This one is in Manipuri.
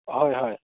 ꯍꯣꯏ ꯍꯣꯏ